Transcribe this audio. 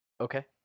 Okay